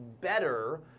better